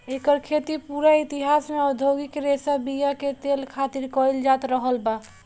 एकर खेती पूरा इतिहास में औधोगिक रेशा बीया के तेल खातिर कईल जात रहल बा